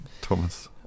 Thomas